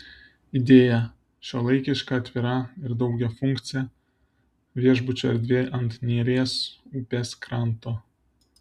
idėja šiuolaikiška atvira ir daugiafunkcė viešbučio erdvė ant neries upės kranto